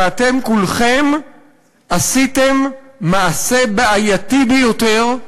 ואתם כולכם עשיתם מעשה בעייתי ביותר,